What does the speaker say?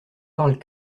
parle